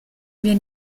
wir